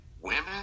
women